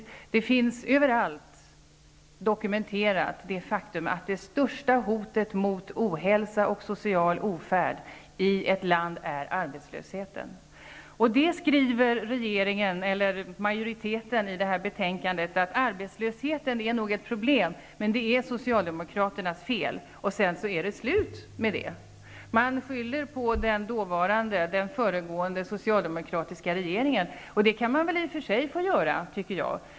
Överallt finns dokumenterat det faktum att den största anledningen till ohälsa och social ofärd i ett land är arbetslösheten. Majoriteten i betänkandet skriver att nog är arbetslösheten ett problem, men det är Socialdemokraternas fel. Sedan säger man inget mer om det. Man skyller på den föregående, socialdemokratiska regeringen. Det kan man väl i och för sig göra, tycker jag.